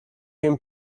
him